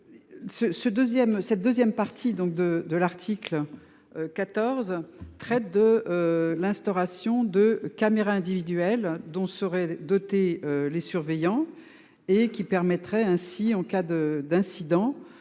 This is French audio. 2ème set 2ème partie donc de de l'article. 14 très de. L'instauration de caméras individuelles dont seraient dotés les surveillants et qui permettrait ainsi en cas de d'incidents.